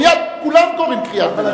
מייד כולם קוראים קריאות ביניים.